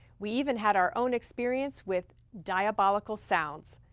we even had our own experience with diabolical sounds.